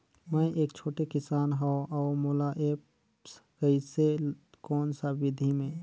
मै एक छोटे किसान हव अउ मोला एप्प कइसे कोन सा विधी मे?